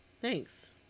Thanks